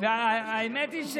האמת היא,